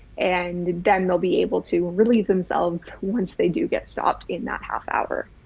and then there'll be able to relieve themselves once they do get stopped in that half hour.